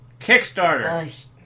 Kickstarter